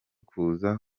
kuza